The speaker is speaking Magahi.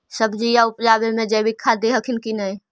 सब्जिया उपजाबे मे जैवीक खाद दे हखिन की नैय?